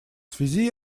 связи